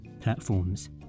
platforms